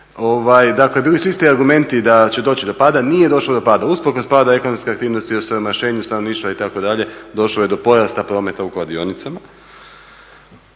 Dakle bili su isti argumenti da će doći do pada, nije došlo do pada. Usprkos padu ekonomske aktivnosti i osiromašenju stanovništva itd. došlo je do porasta prometa u kladionicama.